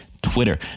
Twitter